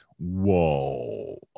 whoa